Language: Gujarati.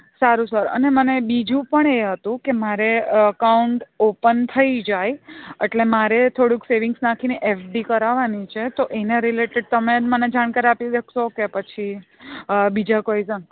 સારું સર અને મને બીજું પણ એ હતું કે મારે અકાઉન્ટ ઓપન થઈ જાય એટલે મારે થોડુંક સેવિંગ્સ નાખીને એફડી કરાવવાની છે તો એના રિલેટેડ તમે જ મને જાણકારી આપી દેશો કે પછી બીજા કોઈ